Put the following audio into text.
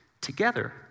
together